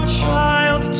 child